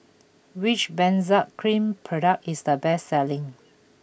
which Benzac Cream product is the best selling